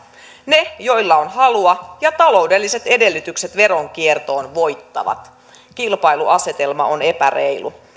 ne joilla on halua ja taloudelliset edellytykset veronkiertoon voittavat kilpailuasetelma on epäreilu